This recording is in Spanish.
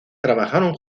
trabajaron